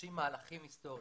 דורשים מהלכים היסטוריים.